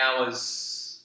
hours